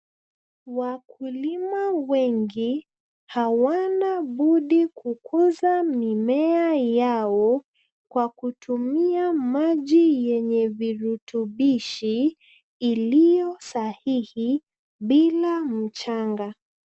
Wakulima wengi hawana budi kukuza mimea yao kwa kutumia maji yenye virutubishi iliyo sahihi bila mchanga.